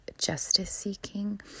justice-seeking